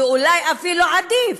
ואולי אפילו עדיף.